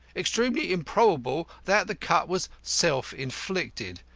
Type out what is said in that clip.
extremely improbable that the cut was self-inflicted.